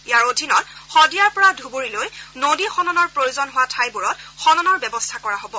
ইয়াৰ অধীনত শদিয়াৰ পৰা ধুবুৰীলৈ নদী খননৰ প্ৰয়োজন হোৱা ঠাইবোৰত খননৰ ব্যৱস্থা কৰা হ'ব